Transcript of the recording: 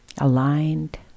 aligned